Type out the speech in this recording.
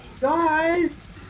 Guys